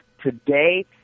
today